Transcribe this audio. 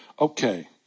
Okay